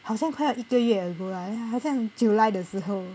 好像快要一个月 ago lah 好像 july 的时候